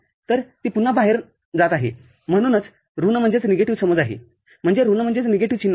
तर ती पुन्हा बाहेर जात आहे म्हणूनच ऋण समज आहे म्हणजे ऋण चिन्ह आहे